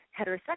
heterosexual